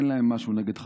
אין להם משהו נגד חתולים.